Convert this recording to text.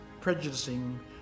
prejudicing